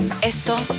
Esto